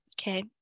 Okay